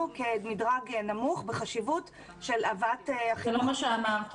כמדרג נמוך בחשיבות של הבאת החינוך.